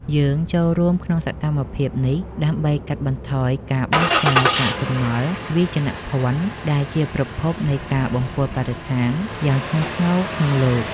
យើងចូលរួមក្នុងសកម្មភាពនេះដើម្បីកាត់បន្ថយការបោះចោលកាកសំណល់វាយនភណ្ឌ ដែលជាប្រភពនៃការបំពុលបរិស្ថានយ៉ាងធ្ងន់ធ្ងរក្នុងលោក។